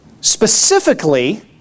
Specifically